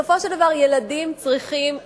בסופו של דבר ילדים צריכים חינוך,